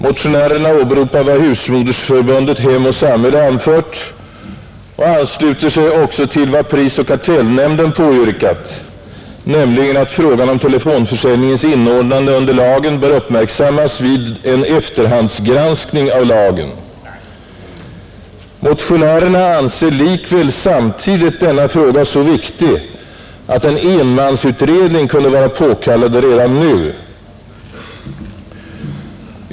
Motionärerna åberopar vad Husmodersförbundet Hem och samhälle anfört och ansluter sig också till vad prisoch kartellnämnden påyrkat, nämligen att frågan om telefonförsäljningens inordnande under lagen bör uppmärksammas vid en efterhandsgranskning av lagen. Motionärerna anser likväl samtidigt denna fråga så viktig, att en enmansutredning kunde vara påkallad redan nu.